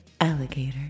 Alligator